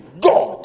God